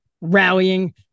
rallying